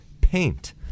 paint